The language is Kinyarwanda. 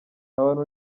abantu